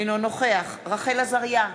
אינו נוכח רחל עזריה,